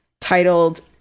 titled